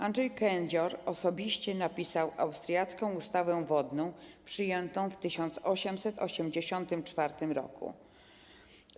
Andrzej Kędzior osobiście napisał austriacką ustawę wodną, przyjętą w 1884 r.